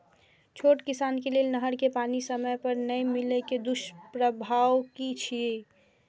छोट किसान के लेल नहर के पानी समय पर नै मिले के दुष्प्रभाव कि छै?